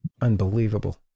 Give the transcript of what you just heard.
Unbelievable